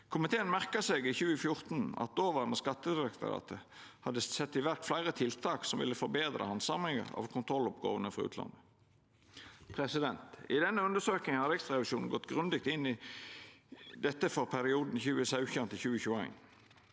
Komiteen merka seg i 2014 at Skattedirektoratet då hadde sett i verk fleire tiltak som ville forbetra handsaminga av kontrolloppgåvene frå utlandet. I denne undersøkinga har Riksrevisjonen gått grundig inn i dette for perioden 2017–2021.